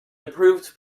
approved